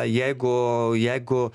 jeigu jeigu